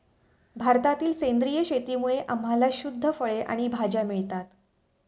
भारतातील सेंद्रिय शेतीमुळे आम्हाला शुद्ध फळे आणि भाज्या मिळतात